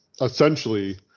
essentially